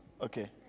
Okay